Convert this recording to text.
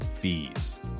fees